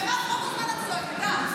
ואת כל הזמן את צועקת.